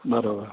बराबरि